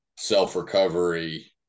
self-recovery